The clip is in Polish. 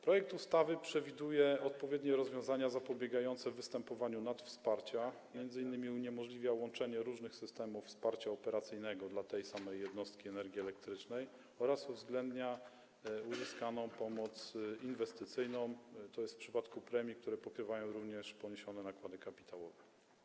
Projekt ustawy przewiduje odpowiednie rozwiązania zapobiegające występowaniu nadwsparcia, m.in. uniemożliwia łączenie różnych systemów wsparcia operacyjnego dla tej samej jednostki energii elektrycznej oraz uwzględnia uzyskaną pomoc inwestycyjną, tj. w przypadku premii, które pokrywają również poniesione nakłady kapitałowe.